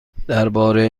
درباره